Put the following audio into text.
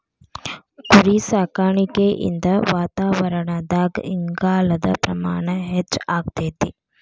ಕುರಿಸಾಕಾಣಿಕೆಯಿಂದ ವಾತಾವರಣದಾಗ ಇಂಗಾಲದ ಪ್ರಮಾಣ ಹೆಚ್ಚಆಗ್ತೇತಿ